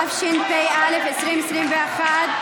התשפ"א 2021,